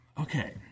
Okay